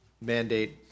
mandate